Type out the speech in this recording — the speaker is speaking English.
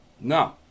No